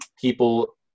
people